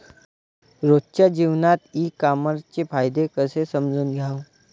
रोजच्या जीवनात ई कामर्सचे फायदे कसे समजून घ्याव?